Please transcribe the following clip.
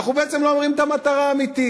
כשאנחנו בעצם לא אומרים את המטרה האמיתית.